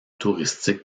touristique